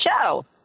show